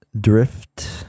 Drift